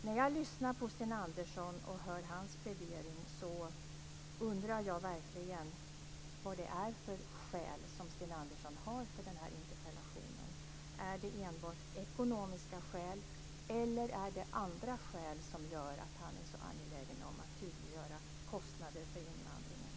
När jag lyssnar på Sten Andersson och hör hans plädering undrar jag verkligen vad det är för skäl som han har för den här interpellationen. Är det enbart ekonomiska skäl, eller är det andra skäl som gör att han är så angelägen om att tydliggöra kostnader för invandringen?